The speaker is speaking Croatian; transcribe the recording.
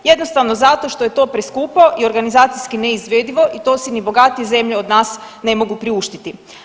Jednostavno zato što je to preskupo i organizacijski neizvedivo i to si ni bogatije zemlje od nas ne mogu priuštiti.